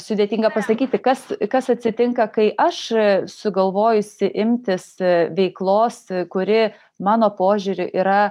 sudėtinga pasakyti kas kas atsitinka kai aš sugalvojusi imtis veiklos kuri mano požiūriu yra